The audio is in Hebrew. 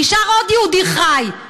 נשאר עוד יהודי חי.